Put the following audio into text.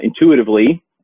intuitively